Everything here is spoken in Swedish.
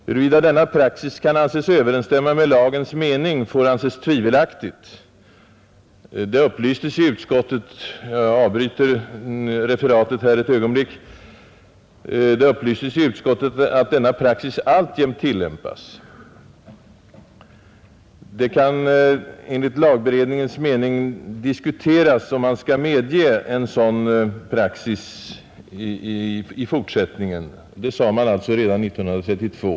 Huruvida denna praxis kan anses överensstämma med lagens mening, får anses tvivelaktigt.” Jag ber att här få avbryta citatet ett ögonblick. Det upplystes nämligen i utskottet på tal om denna praxis att denna alltjämt tillämpas. Redan enligt lagberedningens uttalande kunde det dock diskuteras om man skall medge en sådan praxis i fortsättningen. Detta förklarade man alltså redan 1932.